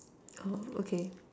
oh okay